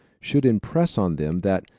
should impress on them that,